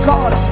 God